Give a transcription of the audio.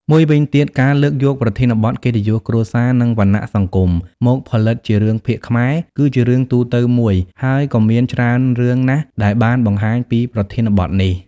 មួយវិញទៀត ការលើកយកប្រធានបទកិត្តិយសគ្រួសារ និងវណ្ណៈសង្គម មកផលិតជារឿងភាគខ្មែរ គឺជារឿងទូទៅមួយ ហើយក៏មានច្រើនរឿងណាស់ដែលបានបង្ហាញពីប្រធានបទនេះ។